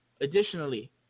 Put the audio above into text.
Additionally